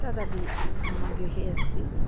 तदपि मम गृहे अस्ति